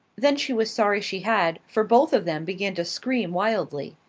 then she was sorry she had, for both of them began to scream wildly.